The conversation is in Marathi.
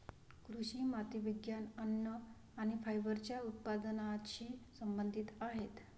कृषी माती विज्ञान, अन्न आणि फायबरच्या उत्पादनाशी संबंधित आहेत